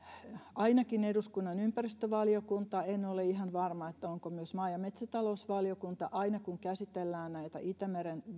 ainakin eduskunnan ympäristövaliokunta en ole ihan varma onko myös maa ja metsätalousvaliokunta aina kun käsitellään itämeren